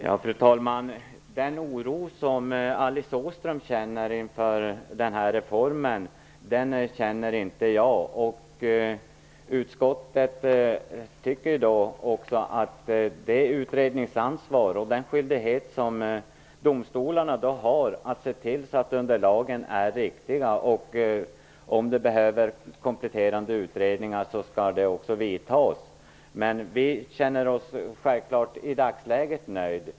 Fru talman! Den oro som Alice Åström känner inför den här reformen känner inte jag. Utskottet påpekar också att domstolarna har ett utredningsansvar och en skyldighet att se till att underlagen är riktiga, och om det behövs kompletterande utredningar skall dessa göras. Men i dagsläget känner vi oss självfallet nöjda.